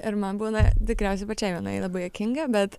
ir man būna tikriausiai pačiai vienai labai juokinga bet